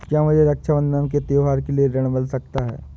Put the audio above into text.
क्या मुझे रक्षाबंधन के त्योहार के लिए ऋण मिल सकता है?